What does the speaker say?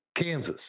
Kansas